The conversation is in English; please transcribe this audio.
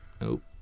Nope